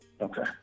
Okay